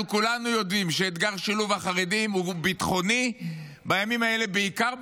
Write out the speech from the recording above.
אנחנו כולנו יודעים שאתגר שילוב החרדים בימים האלה הוא בעיקר ביטחוני,